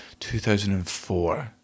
2004